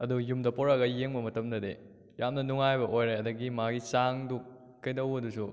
ꯑꯗꯨ ꯌꯨꯝꯗ ꯄꯨꯔꯛꯑꯒ ꯌꯦꯡꯕ ꯃꯇꯝꯗꯗꯤ ꯌꯥꯝꯅ ꯅꯨꯡꯉꯥꯏꯕ ꯑꯣꯏꯔꯦ ꯑꯗꯨꯗꯒꯤ ꯃꯥꯒꯤ ꯆꯥꯡꯗꯨ ꯀꯩꯗꯧꯕꯗꯨꯁꯨ